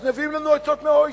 אז מביאים לנו עצות מה-OECD,